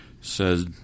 says